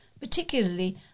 particularly